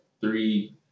three